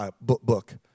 book